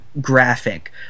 graphic